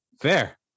Fair